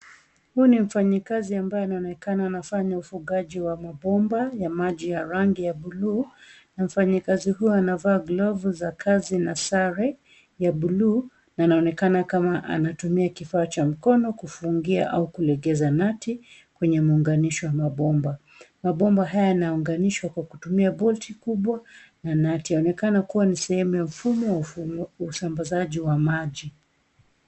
Huu ni mfanyikazi ambaye anaonekana anafanya ufugaji wa mabomba ya maji ya rangi ya buluu na mfanyikazi huyu anavaa glovu za kazi na sare za buluu na anaonekana kama anatumia kifaa cha mkono kufungia au kulegeza nati kwenye maunganisho ya mabomba. Mabomba haya yanaunganishwa kwa kutumia bolti kubwa na nati. Yaonekana kuwa ni sehemu ya mfumo wa usambazaji wa maji.